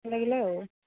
ଆଉ